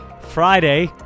Friday